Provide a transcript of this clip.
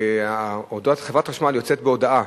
שחברת החשמל יוצאת בהודעה